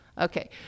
Okay